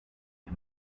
him